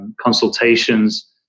consultations